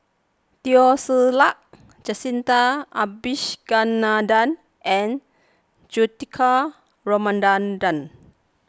Teo Ser Luck Jacintha Abisheganaden and Juthika Ramanathan